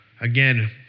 Again